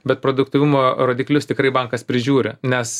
bet produktyvumo rodiklius tikrai bankas prižiūri nes